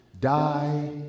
Die